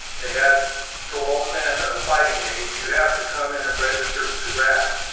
they had pulled all the men of fighting age, you have to come in and register for the draft,